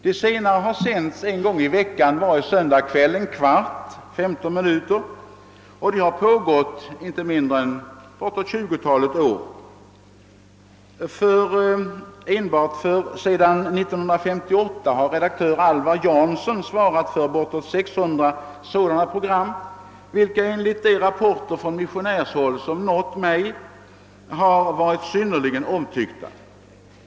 Dessa har sänts en kvart varje söndagskväll och pågått under cirka 20 år. Enbart sedan 1958 har redaktör Alvar Jansson svarat för bortåt 600 sådana program, vilka enligt de rapporter från missionärshåll som nått mig varit synnerligen omtyckta.